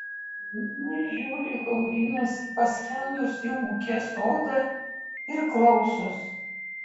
liūdnai žiūri laurynas į paskendusį ūke sodą ir klausos